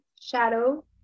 shadow